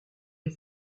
les